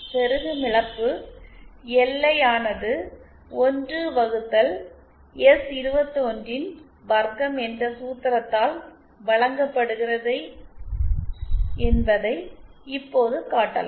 செருகும் இழப்பு எல்ஐ ஆனது 1 வகுத்தல் எஸ்21 ன் வர்க்கம் என்ற சூத்திரத்தால் வழங்கப்படுகிறது என்பதை இப்போது காட்டலாம்